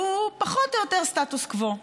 שהוא פחות או יותר סטטוס קוו.